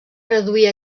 reduir